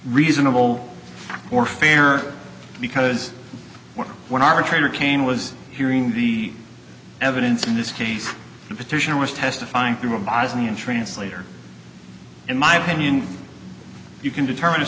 reasonable or fear because when arbitrator cain was hearing the evidence in this case the petitioner was testifying through a bosnian translator in my opinion you can determine if